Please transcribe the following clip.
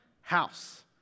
house